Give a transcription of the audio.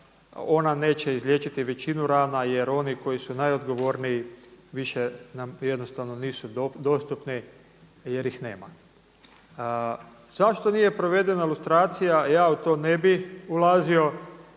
ona neće izliječiti većinu rana. Jer oni koji su najodgovorniji više nam jednostavno nisu dostupni jer ih nema. Zašto nije provedena lustracija ja u to ne bih ulazio.